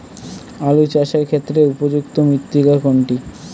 আলু চাষের ক্ষেত্রে উপযুক্ত মৃত্তিকা কোনটি?